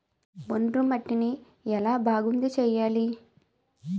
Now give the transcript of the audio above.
ఒండ్రు మట్టిని ఎలా బాగుంది చేయాలి?